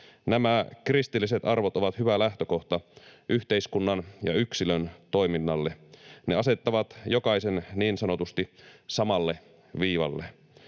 Nämä kristilliset arvot ovat hyvä lähtökohta yhteiskunnan ja yksilön toiminnalle. Ne asettavat jokaisen niin sanotusti samalle viivalle.